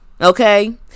okay